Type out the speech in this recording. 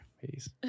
Peace